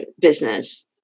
business